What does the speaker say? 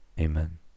Amen